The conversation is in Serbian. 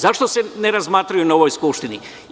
Zašto se ne razmatraju na ovoj Skupštini?